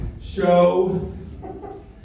show